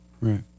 right